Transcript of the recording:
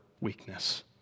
weakness